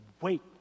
wait